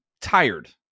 tired